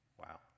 wow